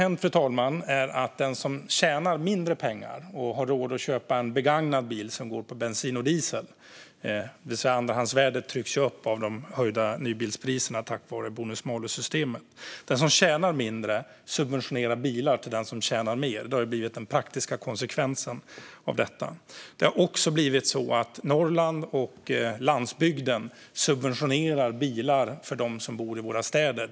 Det som har hänt är att den som tjänar mindre pengar och har råd att köpa en begagnad bil som går på bensin eller diesel har fått se att andrahandsvärdet trycks upp av de höjda nybilspriserna på grund av bonus-malus-systemet. Den som tjänar mindre subventionerar bilar till den som tjänar mer. Det har blivit den praktiska konsekvensen av detta. Det har också blivit så att Norrland och landsbygden subventionerar bilar för dem som bor i våra städer.